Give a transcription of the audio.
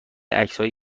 عکسهای